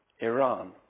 Iran